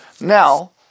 Now